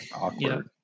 awkward